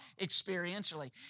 experientially